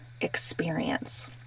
experience